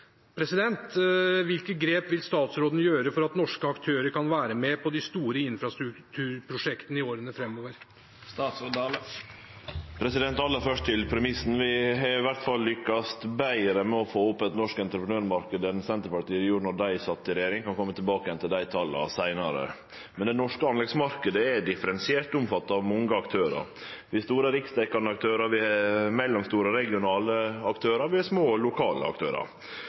grep vil statsråden gjøre for at norske aktører kan være med på de store infrastrukturprosjektene i årene framover?» Aller først til premissen: Vi har i alle fall lukkast betre med å få opp ein norsk entreprenørmarknad enn det Senterpartiet gjorde då dei sat i regjering. Eg kan kome tilbake til dei tala seinare. Den norske anleggsmarknaden er differensiert og omfattar mange aktørar. Vi har store riksdekkjande aktørar, mellomstore regionale aktørar og små lokale aktørar.